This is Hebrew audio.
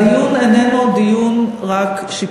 הדיון איננו רק שיפוטי.